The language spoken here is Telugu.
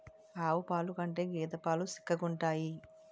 ఆవు పాలు కంటే గేద పాలు సిక్కగుంతాయి